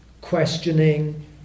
questioning